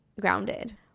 grounded